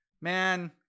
Man